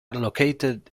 located